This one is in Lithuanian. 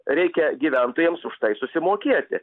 reikia gyventojams už tai susimokėti